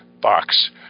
box